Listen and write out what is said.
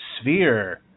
Sphere